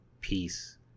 peace